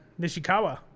Nishikawa